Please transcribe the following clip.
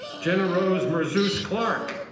jenna rose merzus-clark.